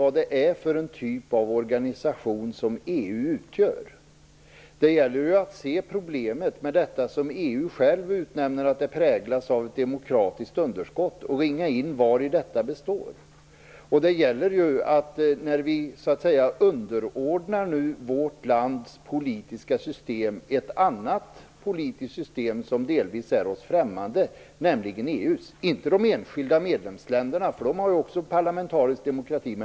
Men det gäller att se vilken typ av organisation som EU utgör. Det gäller att se det problem som EU själv säger att organisationen präglas av, ett demokratiskt underskott, och ringa in vari detta består, när vi nu underordnar vårt lands politiska system ett annat politiskt system som delvis är oss främmande, nämligen EU. Det handlar inte om de enskilda medlemsländerna, för de har också parlamentarisk demokrati.